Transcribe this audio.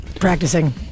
practicing